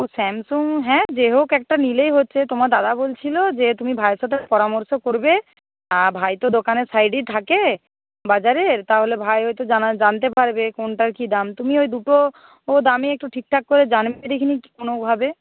ও Samsung হ্যাঁ যে হোক একটা নিলেই হচ্ছে তোমার দাদা বলছিলো যে তুমি ভাইয়ের সাথে পরামর্শ করবে ভাই তো দোকানের সাইডেই থাকে বাজারের তাহলে ভাই হয়তো জানতে পারবে কোনটার কী দাম তুমি ওই দুটো দামই একটু ঠিকঠাক করে জানবে দেখিনি কোনোভাবে